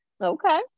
okay